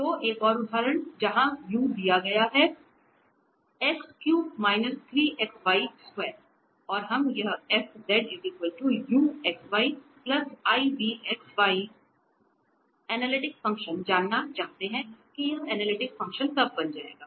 तो एक और उदाहरण जहां u दिया गया है और हम यह f uxy ivxy analytic function जानना चाहते हैं कि यह एनालिटिक फ़ंक्शन बन जाएगा